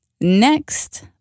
Next